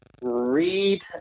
read